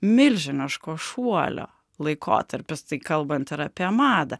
milžiniško šuolio laikotarpis tai kalbant ir apie madą